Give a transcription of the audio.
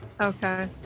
Okay